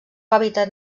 hàbitat